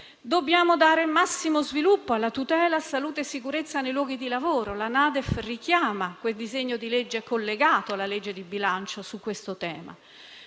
Dobbiamo dare il massimo sviluppo alla tutela della salute e della sicurezza nei luoghi di lavoro; la NADEF richiama il disegno di legge collegato alla legge di bilancio su questo tema.